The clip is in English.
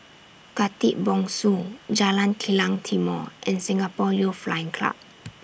Khatib Bongsu Jalan Kilang Timor and Singapore Youth Flying Club